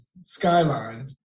skyline